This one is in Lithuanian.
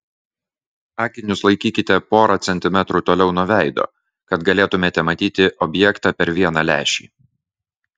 akinius laikykite porą centimetrų toliau nuo veido kad galėtumėte matyti objektą per vieną lęšį